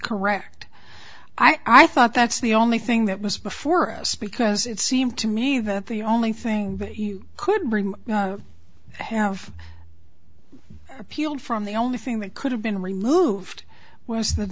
correct i thought that's the only thing that was before us because it seemed to me that the only thing that you could bring have appealed from the only thing that could have been removed w